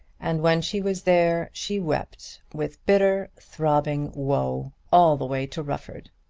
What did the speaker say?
and when she was there she wept, with bitter throbbing woe, all the way to rufford.